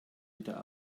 wieder